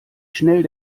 schnell